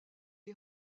est